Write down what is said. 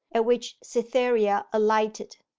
at which cytherea alighted.